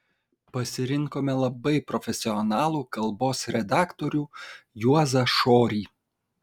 pasirinkome labai profesionalų kalbos redaktorių juozą šorį